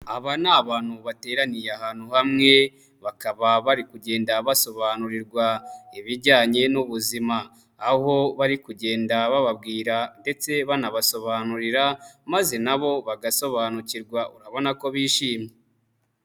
Aba ni abantu bateraniye ahantu hamwe, bakaba bari kugenda basobanurirwa ibijyanye n'ubuzima, aho bari kugenda bababwira ndetse banabasobanurira, maze nabo bagasobanukirwa. Urabona ko bishimye.